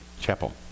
chapel